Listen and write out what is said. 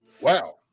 wow